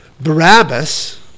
Barabbas